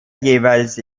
jeweils